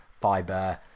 fiber